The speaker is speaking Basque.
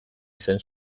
izan